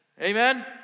Amen